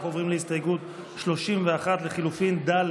אנחנו עוברים להסתייגות 31 לחלופין ד'.